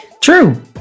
True